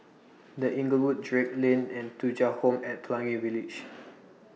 The Inglewood Drake Lane and Thuja Home At Pelangi Village